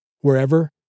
wherever